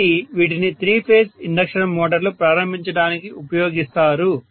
కాబట్టి వీటిని three phase induction మోటార్లు ప్రారంభించడానికి ఉపయోగిస్తారు